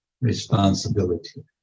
responsibility